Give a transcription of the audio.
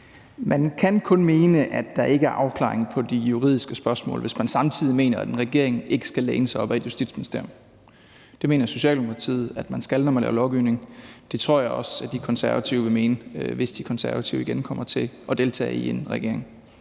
Man kan kun mene, at der ikke er afklaring af de juridiske spørgsmål, hvis man samtidig mener, at en regering ikke skal læne sig op ad et justitsministerium. Det mener Socialdemokratiet man skal, når man laver lovgivning, og det tror jeg også De Konservative vil mene, hvis De Konservative igen kommer til at deltage i en regering.